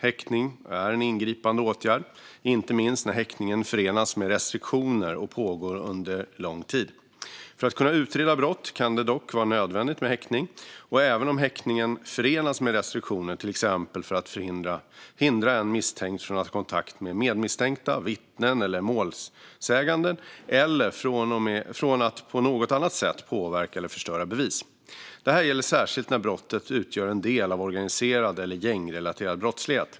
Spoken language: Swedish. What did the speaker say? Häktning är en ingripande åtgärd, inte minst när häktningen förenas med restriktioner och pågår under lång tid. För att kunna utreda brott kan det dock vara nödvändigt med häktning, även att häktningen förenas med restriktioner, till exempel för att hindra en misstänkt från att ha kontakt med medmisstänkta, vittnen eller målsägande eller från att på något annat sätt påverka eller förstöra bevis. Det gäller särskilt när brottet utgör en del av organiserad eller gängrelaterad brottslighet.